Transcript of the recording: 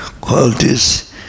qualities